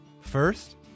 First